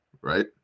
right